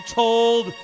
told